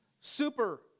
Super